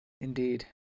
Indeed